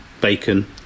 bacon